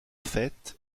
fait